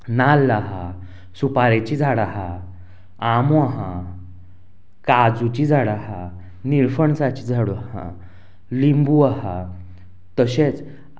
नाल्ल आहा सुपारेची झाडां आहा आमो आहा काजूची झाडां आहा निरफणसाची झाडां आसा लिंबू आहा तशेंच